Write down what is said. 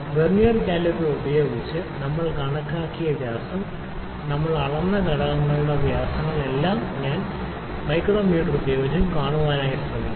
vernier calliper ഉപയോഗിച്ച് നമ്മൾ കണക്കാക്കിയ വ്യാസം വെർനിയർ കാലിപ്പർ ഉപയോഗിച്ച് നമ്മൾ അളന്ന ഘടകങ്ങളുടെ അളവുകളുടെ വ്യാസങ്ങൾ കാണാൻ ഞാൻ ശ്രമിക്കും മൂല്യങ്ങൾ അല്ലെങ്കിൽ ഒന്നോ രണ്ടോ മൂല്യങ്ങൾ മൈക്രോമീറ്റർ ഉപയോഗിച്ച് കാണാൻ ഞാൻ ശ്രമിക്കും